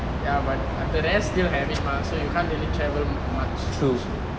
ya but the rest still have it mah so you can't really travel much